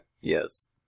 Yes